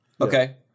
Okay